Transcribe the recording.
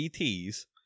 ETs